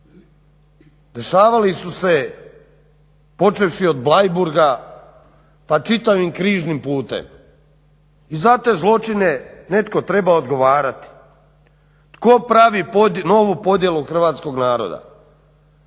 dešavali su se počevši od Bleiburga pa čitavim Križnim putem i za te zločine netko treba odgovarati. Tko pravi novu podjelu hrvatskog naroda?